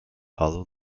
hollow